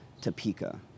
Topeka